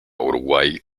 uruguay